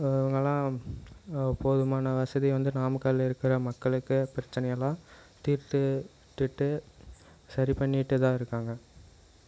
இவங்களாம் போதுமான வசதி வந்து நாமக்கல்லில் இருக்கிற மக்களுக்கு பிரச்சினையெல்லாம் தீர்த்துட்டுட்டு சரி பண்ணிகிட்டுதான் இருக்காங்க